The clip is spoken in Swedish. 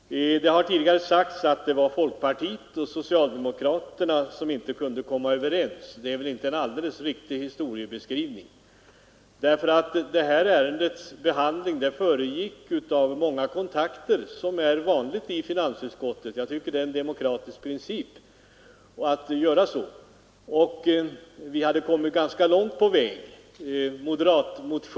Det har tidigare sagts att det var folkpartiet och socialdemokraterna som inte kunde komma överens. Det är väl inte en alldeles riktig historiebeskrivning, Detta ärendes behandling föregicks av många kontakter, vilket är vanligt i finansutskottet — jag tycker det är en demokratisk princip. Vi hade kommit ganska långt på väg till enighet.